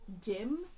dim